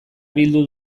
bildu